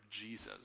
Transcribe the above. Jesus